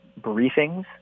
briefings